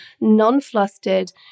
non-flustered